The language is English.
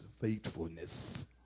faithfulness